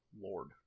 Lord